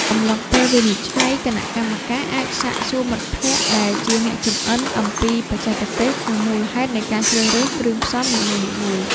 ក្នុងអំឡុងពេលវិនិច្ឆ័យ គណៈកម្មការអាចសាកសួរមិត្តភក្តិដែលជាអ្នកចម្អិនអំពីបច្ចេកទេស និងមូលហេតុនៃការជ្រើសរើសគ្រឿងផ្សំនីមួយៗ។